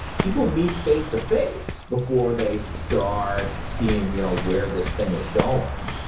people meet face to face before they start seeing you know where this thing is going.